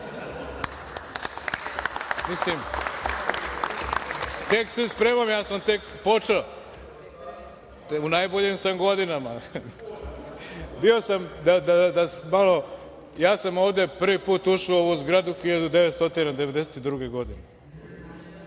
budem, tek se spremam, ja sam tek počeo, u najboljim sam godinama. Ja sam prvi put ušao u ovu zgradu 1992. godine